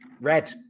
Red